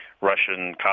Russian